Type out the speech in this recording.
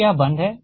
तो यह बंद है